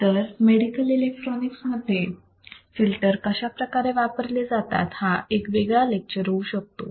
तर medical electronics मध्ये filter कशाप्रकारे वापरले जातात हा एक वेगळा लेक्चर होऊ शकतो